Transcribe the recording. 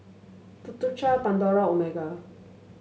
Tuk Tuk Cha Pandora Omega